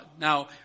Now